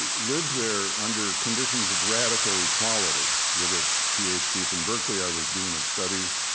ah lived there under conditions of radical equality. with a ph d. from berkeley, i was dean of studies.